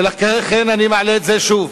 ולכן אני מעלה את זה שוב